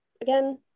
again